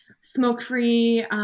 Smoke-free